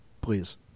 Please